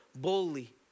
boldly